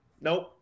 Nope